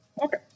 Okay